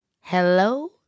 Hello